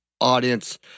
audience